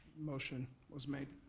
motion was made.